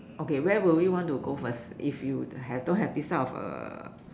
okay where will we want to go first if you have don't have these type of uh